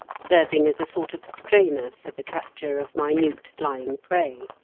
serving as a sort of strainer for the capture of minute flying prey.